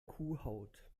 kuhhaut